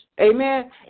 Amen